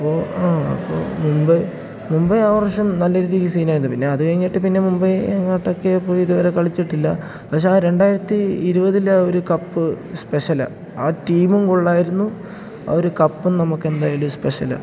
അപ്പോൾ ആ അപ്പോൾ മുംബൈ മുംബൈ ആ വർഷം നല്ല രീതിക്ക് സീനായിരുന്നു പിന്നെ അത് കഴിഞ്ഞിട്ട് പിന്നെ മുംബൈ എങ്ങോട്ടൊക്കെ പോയി ഇതു വരെ കളിച്ചിട്ടില്ല പക്ഷേ ആ രണ്ടായിരത്തി ഇരുവതില ആ ഒരു കപ്പ് സ്പെഷലാണ് ആ ടീമും കൊള്ളാരുന്നു ആ ഒരു കപ്പും നമുക്ക് എന്തായാലും സ്പെഷലാണ്